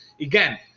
again